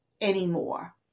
anymore